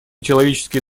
человеческие